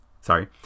Sorry